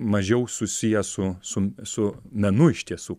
mažiau susiję su su su menu iš tiesų